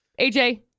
AJ